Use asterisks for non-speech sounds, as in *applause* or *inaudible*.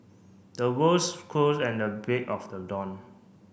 the *unintelligible* crows and the break of the dawn